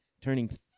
Turning